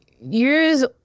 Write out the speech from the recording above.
use